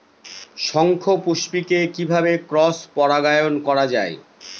শঙ্খপুষ্পী কে কিভাবে ক্রস পরাগায়ন করা যায়?